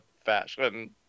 fashion